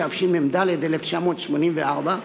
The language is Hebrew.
התשמ"ד 1984,